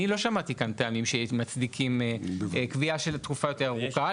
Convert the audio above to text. אני לא שמעתי כאן טענים שמצדיקים קביעה של תקופה יותר ארוכה,